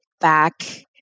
back